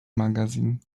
magazine